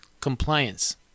compliance